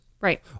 Right